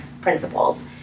principles